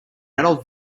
adult